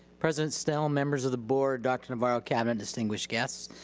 president snell, members of the board, dr. navarro, cabinet, distinguished guests,